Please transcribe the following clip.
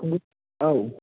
hello औ